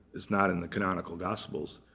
it's not in the canonical gospels,